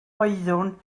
oeddwn